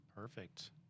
Perfect